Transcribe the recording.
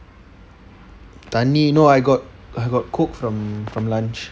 thanni you know I got I got coke from from lunch